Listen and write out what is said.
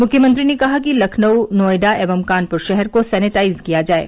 मुख्यमंत्री ने कहा कि लखनऊ नोएडा एवं कानपुर शहर को सैनेटाइज किया जाये